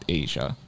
asia